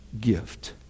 gift